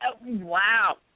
Wow